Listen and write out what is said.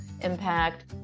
impact